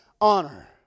honor